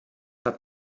hat